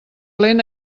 lent